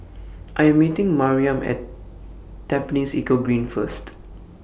I Am meeting Maryam At Tampines Eco Green First